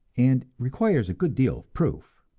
and requires a good deal of proof.